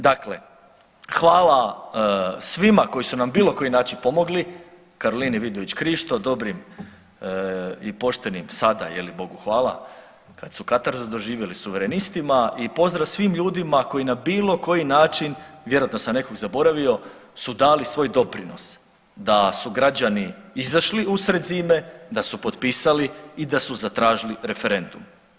Dakle, hvala svima koji su na bilo koji način pomogli, Karolini Vidović Krišto, dobrim i poštenim sada je li Bogu hvala kad su katarzu doživjeli suverenistima i pozdrav svim ljudima koji na bilo koji način, vjerojatno sam nekoga zaboravio, su dali svoj doprinos da su građani izašli usred zime, da su potpisali i da su zatražili referendum.